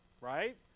right